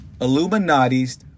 illuminati's